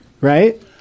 Right